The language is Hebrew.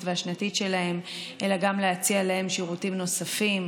והשנתית שלהם אלא גם להציע להם שירותים נוספים,